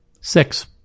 Six